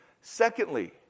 Secondly